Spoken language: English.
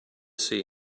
see